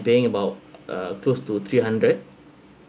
paying about uh close to three hundred